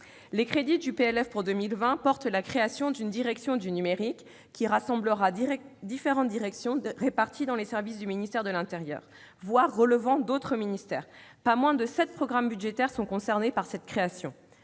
de finances pour 2020 portent la création d'une direction du numérique qui rassemblera différentes directions réparties dans les services du ministère de l'intérieur, voire relevant d'autres ministères. Pas moins de sept programmes budgétaires sont concernés par cette création.